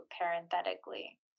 parenthetically